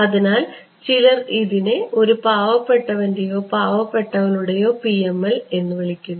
അതിനാൽ ചിലർ ഇതിനെ ഒരു പാവപ്പെട്ടവന്റേയോ പാവപ്പെട്ടവളുടേയോ PML എന്ന് വിളിക്കുന്നു